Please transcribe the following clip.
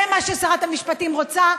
זה מה ששרת המשפטים רוצה,